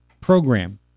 program